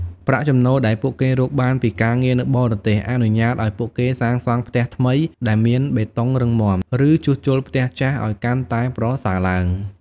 ប្រាក់ចំណូលដែលពួកគេរកបានពីការងារនៅបរទេស អនុញ្ញាតឱ្យពួកគេសាងសង់ផ្ទះថ្មីដែលមានបេតុងរឹងមាំ ឬជួសជុលផ្ទះចាស់ឱ្យកាន់តែប្រសើរឡើង។